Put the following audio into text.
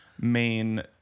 main